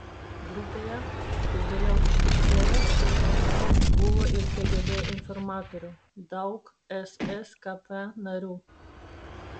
grupėje kaip vėliau išryškėjo buvo ir kgb informatorių daug sskp narių